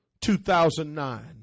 2009